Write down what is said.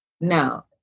No